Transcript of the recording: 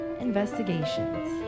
Investigations